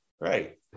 right